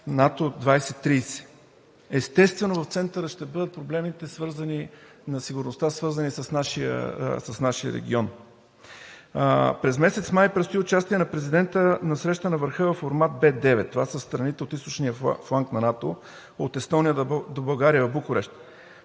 Естествено в центъра ще бъдат проблемите на сигурността, свързани с нашия регион. През месец май предстои участие на президента на срещата на върха във формат Б9. Това са страните от източния фланг на НАТО – от Естония до България, в Букурещ.